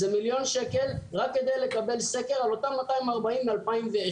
זה מיליון שקלים רק כדי לקבל סקר על אותם 240 מ-2001.